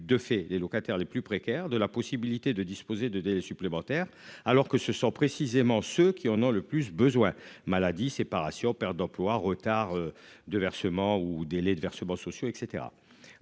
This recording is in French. de fait les locataires les plus précaires de la possibilité de disposer de délais supplémentaires alors que ce sont précisément ceux qui en ont le plus besoin. Maladie séparation, perte d'emploi. Retards de versement ou délai de versements sociaux et